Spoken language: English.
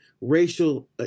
racial